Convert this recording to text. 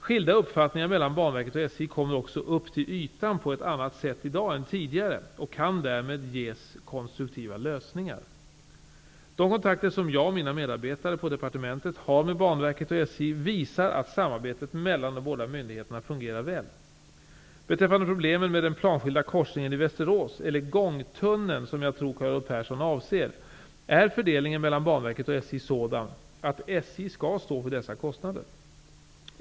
Skilda uppfattningar mellan Banverket och SJ kommer också upp till ytan på ett annat sätt i dag än tidigare och kan därmed ges konstruktiva lösningar. De kontakter som jag och mina medarbetare på departementet har med Banverket och SJ visar att samarbetet mellan de båda myndigheterna fungerar väl. Beträffande problemen med den planskilda korsningen i Västerås, eller gångtunneln, som jag tror Carl Olov Persson avser, är fördelningen mellan Banverket och SJ sådan att SJ skall stå för dessa kostnader.